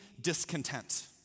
discontent